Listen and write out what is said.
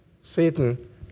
Satan